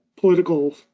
political